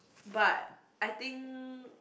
but I think